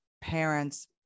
parents